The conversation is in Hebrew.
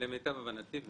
למיטב הבנתי,